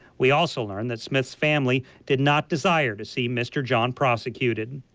we also learn that smith's family did not desire to see mr. john prosecuted.